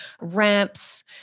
ramps